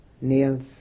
nails